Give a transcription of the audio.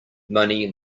money